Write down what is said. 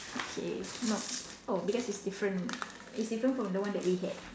okay not oh because it's different it's different from the one that we had